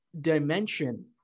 dimension